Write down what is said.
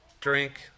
drink